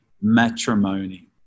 matrimony